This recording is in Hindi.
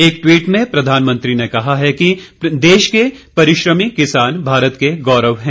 एक टवीट में प्रधानमंत्री ने कहा है कि देश के परिश्रमी किसान भारत के गौरव है